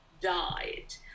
died